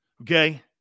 okay